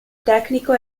tecnico